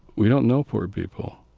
we don't know poor people.